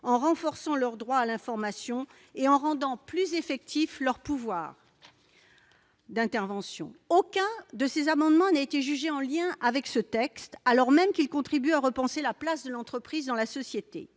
en renforçant leur droit à l'information et en rendant plus effectifs leurs pouvoirs d'intervention. Aucun de ces amendements n'a été jugé comme étant en lien avec ce texte, alors même qu'ils contribuaient à repenser la place de l'entreprise dans la société